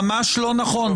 ממש לא נכון.